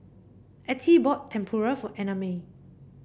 Ettie bought Tempura for Annamae